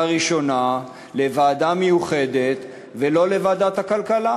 ראשונה לוועדה מיוחדת ולא לוועדת הכלכלה?